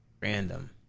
Random